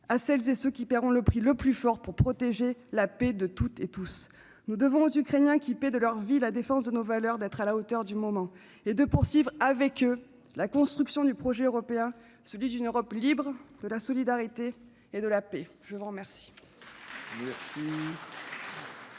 à celles et ceux qui paieront le prix le plus fort pour protéger la paix de toutes et tous. Nous devons aux Ukrainiens, qui paient de leur vie la défense de nos valeurs, d'être à la hauteur du moment. Nous devons poursuivre avec eux la construction de notre projet commun : celui d'une Europe libre, d'une Europe de la solidarité et de la paix. La parole